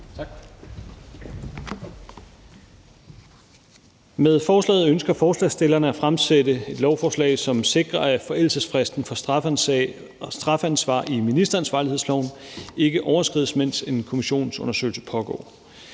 Med forslaget ønsker forslagsstillerne, at der fremsættes et lovforslag, som sikrer, at forældelsesfristen for strafansvar i ministeransvarlighedsloven ikke overskrides, mens en kommissionsundersøgelse pågår.